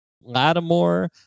Lattimore